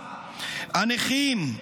הנכים,